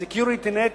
"סקיוריטי-נט",